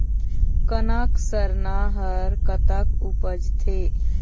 कनक सरना हर कतक उपजथे?